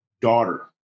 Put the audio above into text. daughter